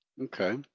Okay